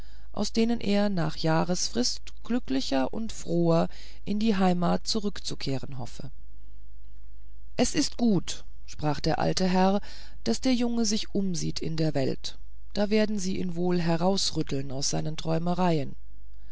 aus denen er nach jahresfrist glücklicher und froher in die heimat zurückzukehren hoffe es ist gut sprach der alte herr daß der junge sich umsieht in der welt da werden sie ihn wohl herausrütteln aus seinen träumereien